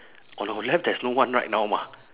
on our left there's no one right now mah